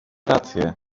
rację